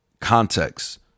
context